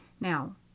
Now